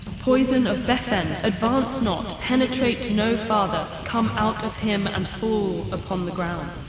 poison of befen, advance not, penetrate no farther, come out of him, and fall upon the ground!